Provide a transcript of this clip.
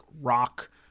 rock